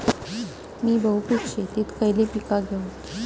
मी बहुपिक शेतीत खयली पीका घेव?